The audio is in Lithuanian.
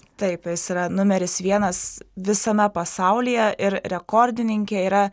taip jis yra numeris vienas visame pasaulyje ir rekordininkė yra